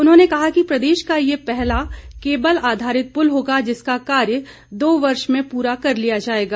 उन्होंने कहा कि प्रदेश का ये पहला केबल आधारित पुल होगा जिसका कार्य दो वर्ष में पूरा कर लिया जाएगा